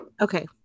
Okay